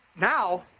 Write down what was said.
now,